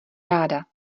ráda